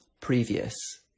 previous